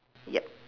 yup